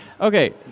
Okay